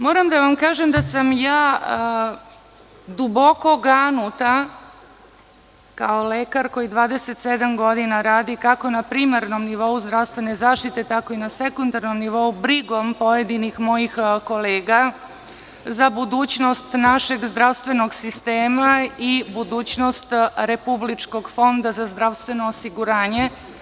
Moram da vam kažem da sam duboko ganuta kao lekar koji 27 godina radi kako na primarnom nivou zdravstvene zaštite, tako i na sekundarnom nivou, brigom pojedinih mojih kolega za budućnost našeg zdravstvenog sistema i budućnost Republičkog fonda za zdravstveno osiguranje.